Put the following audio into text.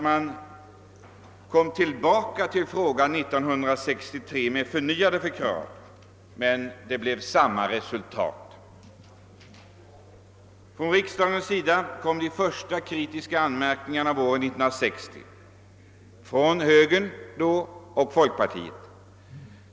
Man kom tillbaka till frågan 1963 och framförde nya krav, men resultatet blev detsamma. Från riksdagen kom de första kritiska anmärkningarna våren 1960, från dåvarande högern och folkpartiet.